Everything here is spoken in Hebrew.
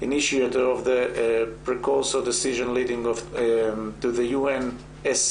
יוזם ההחלטה הקודמת שהובילה להחלטה